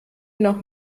noch